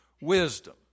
wisdom